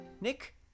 Nick